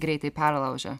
greitai perlaužia